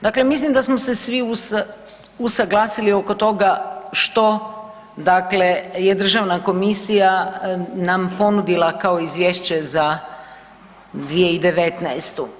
Dakle, mislim da smo se svi usaglasili oko toga što dakle je državna komisija nam ponudila kao izvješće za 2019.